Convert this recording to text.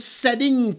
setting